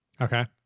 Okay